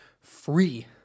free